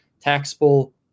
taxable